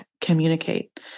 communicate